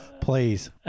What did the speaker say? please